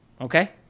Okay